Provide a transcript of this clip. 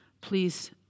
please